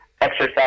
exercise